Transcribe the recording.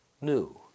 new